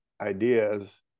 ideas